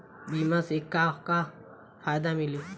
बीमा से का का फायदा मिली?